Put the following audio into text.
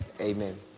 Amen